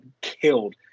killed